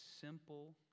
simple